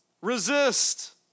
resist